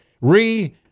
re